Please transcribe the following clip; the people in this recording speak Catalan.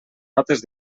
notes